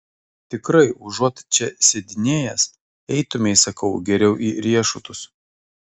tikrai užuot čia sėdinėjęs eitumei sakau geriau į riešutus